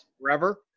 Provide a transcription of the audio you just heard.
forever